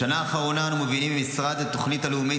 בשנה האחרונה אנו מובילים עם המשרד את התוכנית הלאומית